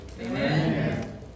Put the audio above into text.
Amen